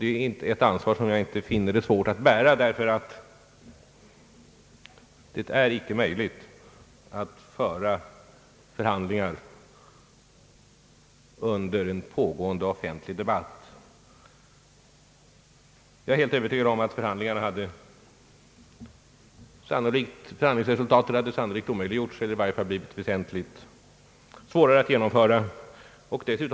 Det är ett ansvar som jag icke finner svårt att bära, eftersom det inte är möjligt att driva förhandlingar under en pågående offentlig debatt. Jag är ganska övertygad om att det hade varit omöjligt att nå resultat genom förhandlingarna, eller i varje fall att det blivit väsentligt svårare att göra det om förhandlingarna varit offentliga.